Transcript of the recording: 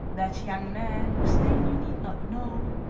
that young man, whose name you need not know,